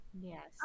yes